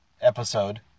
episode